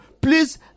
Please